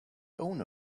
owner